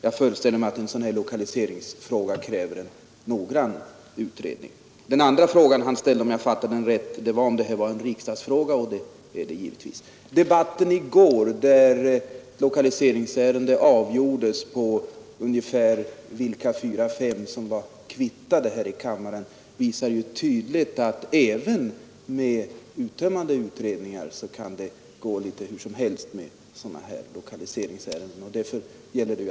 Jag föreställer mig att ett sådant lokaliseringsärende kräver särskilt noggrann utredning. Herr Enlunds andra fråga gällde, om jag fattade den rätt, om en framtida omlokalisering blir ett riksdagsärende. Det blir den givetvis. De lokaliseringsärenden som vi behandlade i går och där utgången i ett fall kan ha avgjorts av vilka fyra fem ledamöter som var kvittade här i kammaren visar att även om man har ett uttömmande underlag kan utgången här i kammaren vara oviss.